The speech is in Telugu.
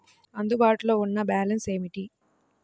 అందుబాటులో ఉన్న బ్యాలన్స్ ఏమిటీ?